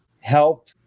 help